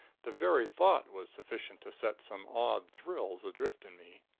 the very thought was sufficient to set some odd thrills adrift in me.